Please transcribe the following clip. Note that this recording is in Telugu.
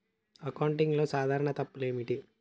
అకౌంటింగ్లో సాధారణ తప్పులు ఏమిటి?